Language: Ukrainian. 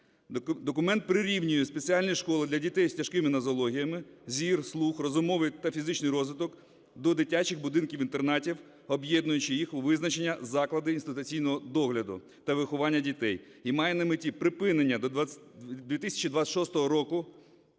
Документ прирівнює спеціальні школи для дітей з тяжкими нозологіями (зір, слух, розумовий та фізичний розвиток) до дитячих будинків-інтернатів, об'єднуючи їх у визначення "заклади інституційного догляду та виховання дітей" і має на меті припинення до 2026 року